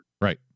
Right